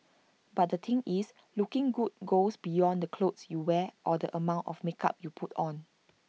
but the thing is looking good goes beyond the clothes you wear or the amount of makeup you put on